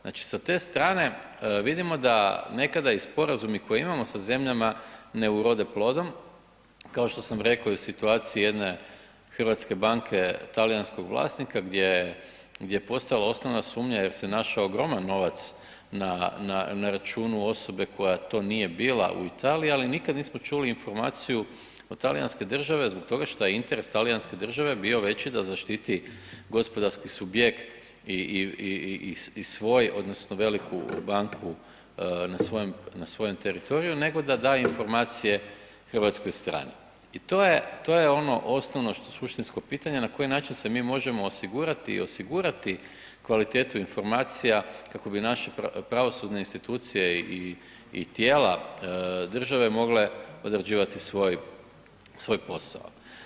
Znači sa te strane vidimo da nekada i sporazumi koje imamo sa zemljama ne urode plodom, kao što sam rekao i u situaciji jedne hrvatske banke talijanskog vlasnika gdje je postojala osnovana sumnja jer se našao ogroman novac na računu osobe koja to nije bila u Italiji, ali nikada nismo čuli informaciju od talijanske države zbog toga što je interes talijanske države bio veći da zaštiti gospodarski subjekt i svoj odnosno veliku banku na svojem teritoriju nego da da informacije hrvatskoj strani i to je ono osnovno suštinsko pitanje na koji način se mi možemo osigurati i osigurati kvalitetu informacija kako bi naši pravosudne institucije i tijela države mogle odrađivati svoj posao.